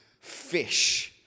fish